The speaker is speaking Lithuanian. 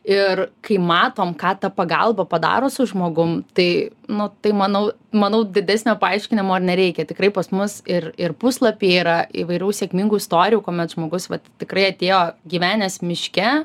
ir kai matom ką ta pagalba padaro su žmogum tai nu tai manau manau didesnio paaiškinimo ir nereikia tikrai pas mus ir ir puslapyje yra įvairių sėkmingų istorijų kuomet žmogus vat tikrai atėjo gyvenęs miške